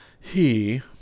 He